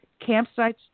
campsites